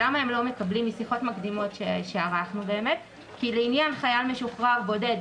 משיחות מקדימות שערכנו הם לא מקבלים כי לעניין חייל משוחרר בודד